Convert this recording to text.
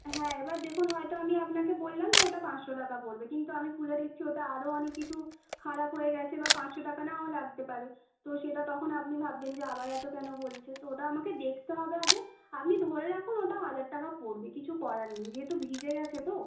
হ্যাঁ এবার দেখুন হয়তো আমি আপনাকে বললাম যে ওটা পাঁচশো টাকা পড়বে কিন্তু আমি খুলে দেখছি ওটা আরও অনেক কিছু খারাপ হয়ে গেছে বা পাঁচশো টাকা নাও লাগতে পারে তো সেটা তখন আপনি ভাববেন যে আবার এতো কেন বলছে তো ওটা আমাকে দেখতে হবে আগে আপনি ধরে রাখুন ওটা হাজার টাকা পড়বে কিছু করার নেই যেহেতু ভিজে গেছে তো